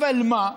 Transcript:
אבל מה,